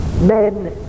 men